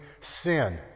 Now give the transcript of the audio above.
sin